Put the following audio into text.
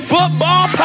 Football